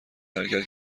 حرکت